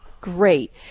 Great